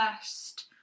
first